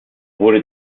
wurde